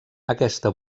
aquesta